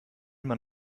man